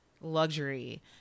luxury